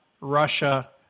Russia